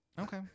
okay